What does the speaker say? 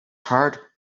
heart